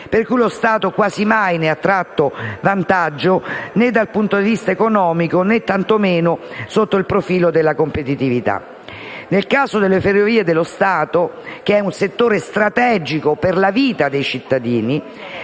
per cui lo Stato quasi mai ne ha tratto vantaggio, né dal punto di vista economico, né tantomeno sotto il profilo della competitività. Nel caso di Ferrovie dello Stato, che rappresentano un settore strategico per la vita dei cittadini,